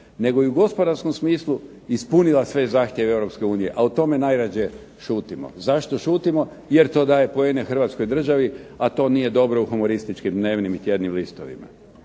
nego i u gospodarskom smislu ispunila sve zahtjeve Europske unije, a o tome najrađe šutimo. Zašto šutimo? Jer to daje poene Hrvatskoj državi a to nije dobro u humorističkim dnevnim i tjednim listovima.